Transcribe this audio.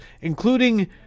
including